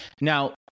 Now